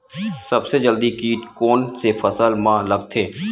सबले जल्दी कीट कोन से फसल मा लगथे?